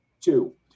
Two